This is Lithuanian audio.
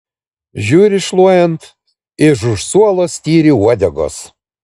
žiūri šluojant iš už suolo styri uodegos